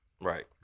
Right